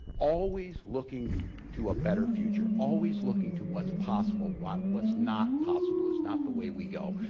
always looking to a better future. always looking to what's possible. what's what's not possible is not the way we go.